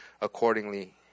accordingly